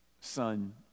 son